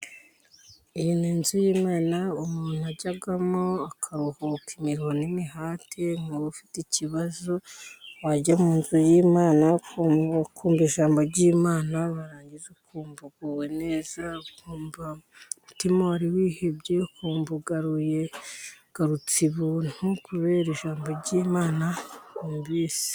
Iyi ni inzu y'imana umuntu ajyamo, akaruhuka imiruho n'imihati, nk'ubu ufite ikibazo, wajya mu nzu y'Imana ukumva ijambo ry'Imana, warangiza ukumva uguwe neza, ukumva umutima wari wihebye, ukumva ugaruye ugarutse ibuntu, kubera ijambo ry'Imana wumvise.